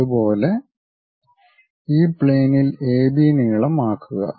അതുപോലെ ഈ പ്ലെയിനിൽ എബി നീളം ആക്കുക